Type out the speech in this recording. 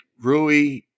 Rui